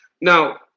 Now